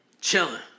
Chilling